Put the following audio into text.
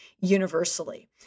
universally